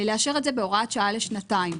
לאשר את זה בהוראת שעה לשנתיים.